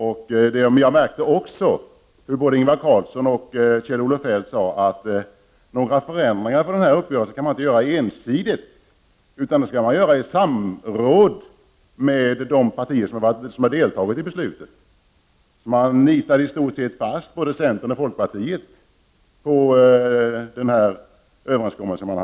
Jag lade märke till att både Ingvar Carlsson och Kjell-Olof Feldt sade att det inte kan göras några ensidiga förändringar i den träffade uppgörelsen, utan sådana måste göras i samråd med de partier som har deltagit i uppgörelsen. Man ”nitar” i stort sett fast både centern och folkpartiet genom gårdagens uppgörelse.